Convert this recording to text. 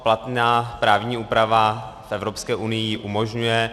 Platná právní úprava v Evropské unii ji umožňuje.